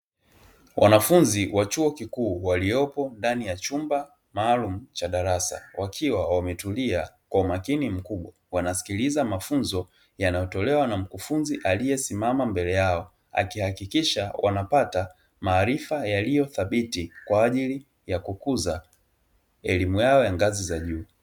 Wanafunzi wa chuo kikuu, waliopo ndani ya chumba maalumu cha darasa, wakiwa wametulia kwa umakini mkubwa. Wanasikiliza mafunzo yanayotolewa na mkufunzi aliyesimama mbele yao, akihakikisha wanapata maarifa yaliyo thabiti kwa ajili ya kukuza elimu yao ya ngazi za juu.